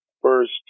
first